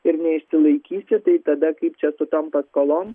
ir neišsilaikysi tai tada kaip čia su tom paskolom